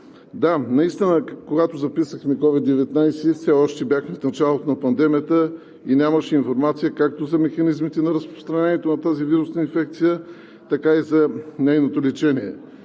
Да, когато записахме COVID-19, все още бяхме в началото на пандемията и нямаше информация както за механизмите на разпространението на тази вирусна инфекция, така и за нейното лечение.